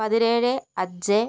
പതിനേഴ് അഞ്ച്